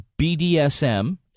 BDSM